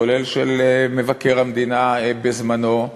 כולל של מבקר המדינה בזמנו.